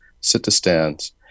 sit-to-stands